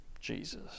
Jesus